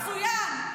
מצוין.